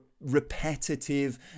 repetitive